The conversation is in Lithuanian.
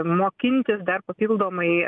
mokintis dar papildomai